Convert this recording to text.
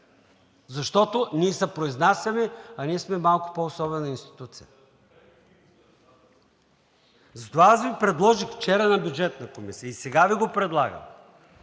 защото ние се произнасяме, а ние сме малко по-особена институция. Затова аз Ви предложих вчера на Бюджетната комисия, и сега Ви го предлагам: